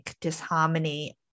disharmony